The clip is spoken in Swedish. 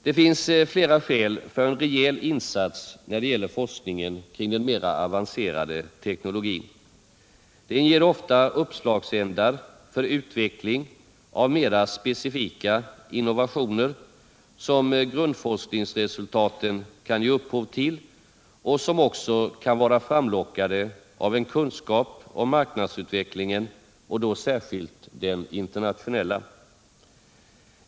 Det finns flera skäl för en rejäl insats när det gäller forskningen kring den mera avancerade teknologin. Den ger ofta uppslagsändar för utveckling av de mera specifika innovationer som grundforskningsresultaten kan ge upphov till och som också kan vara framlockade av en kunskap om marknadsutvecklingen, och då särskilt den internationella.